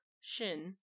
Shin